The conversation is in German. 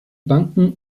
banken